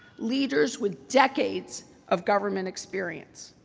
leaders with decades of government experience.